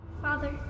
Father